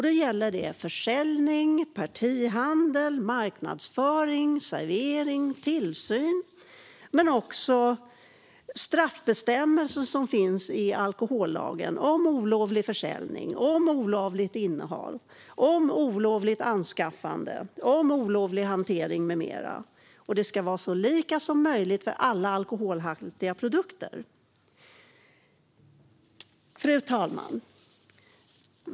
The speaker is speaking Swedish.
Det gäller försäljning, partihandel, marknadsföring, servering och tillsyn men också straffbestämmelser som finns i alkohollagen om olovlig försäljning, olovligt innehav, olovligt anskaffande och olovlig hantering med mera. Det ska vara så lika som möjligt för alla alkoholhaltiga produkter. Fru talman!